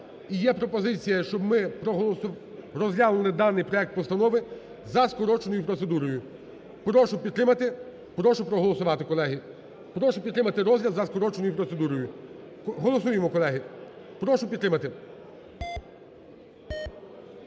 є пропозиція, щоб ми розглянули даний проект постанови за скороченою процедурою. Прошу підтримати, прошу проголосувати, колеги. Прошу підтримати розгляд за скороченою процедурою. Голосуємо, колеги. Прошу підтримати.